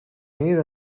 meer